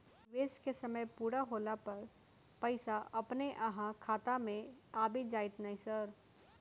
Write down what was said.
निवेश केँ समय पूरा होला पर पैसा अपने अहाँ खाता मे आबि जाइत नै सर?